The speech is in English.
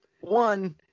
One